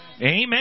Amen